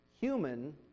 human